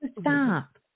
stop